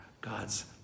God's